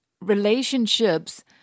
relationships